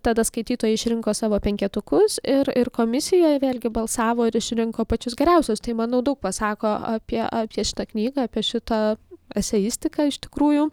tada skaitytojai išrinko savo penketukus ir ir komisija vėlgi balsavo ir išrinko pačius geriausius tai manau daug pasako apie apie šitą knygą apie šitą eseistiką iš tikrųjų